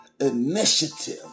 initiative